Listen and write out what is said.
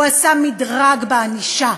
הוא עשה מדרג בענישה.